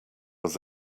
was